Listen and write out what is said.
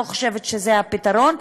אני לא חושבת שזה הפתרון.